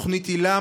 תוכנית היל"ה,